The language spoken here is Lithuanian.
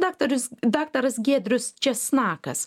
lektorius daktaras giedrius česnakas